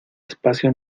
espacio